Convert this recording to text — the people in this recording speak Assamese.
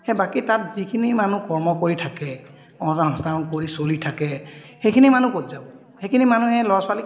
সেই বাকী তাত যিখিনি মানুহ কৰ্ম কৰি থাকে সংস্থান কৰি চলি থাকে সেইখিনি মানুহ ক'ত যাব সেইখিনি মানুহে ল'ৰা ছোৱালীক